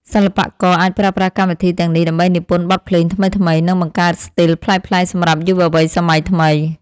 សិល្បករអាចប្រើប្រាស់កម្មវិធីទាំងនេះដើម្បីនិពន្ធបទភ្លេងថ្មីៗ និង បង្កើតស្ទីលប្លែកៗសម្រាប់យុវវ័យសម័យថ្មី។